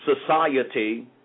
society